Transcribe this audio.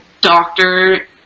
doctor